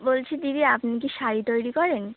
বলছি দিদি আপনি কি শাড়ি তৈরি করেন